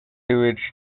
sewage